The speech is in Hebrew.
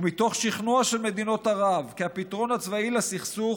ומתוך שכנוע של מדינות ערב שהפתרון הצבאי לסכסוך